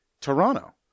Toronto